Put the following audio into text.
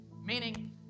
meaning